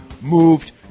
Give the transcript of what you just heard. moved